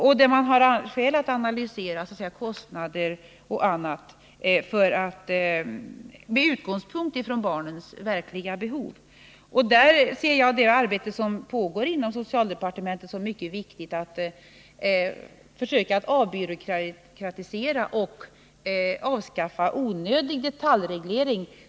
Där har man skäl att analysera kostnader och annat med utgångspunkt i barnens verkliga behov. I det arbete som nu pågår inom socialdepartementet ser jag det som mycket viktigt att försöka avbyråkratisera rutinerna och avskaffa onödig detaljreglering.